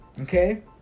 Okay